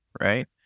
Right